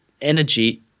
energy